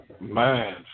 Man